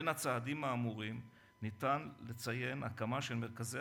בין הצעדים האמורים אפשר לציין הקמת מרכזי